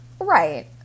Right